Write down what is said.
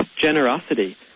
generosity